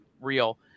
real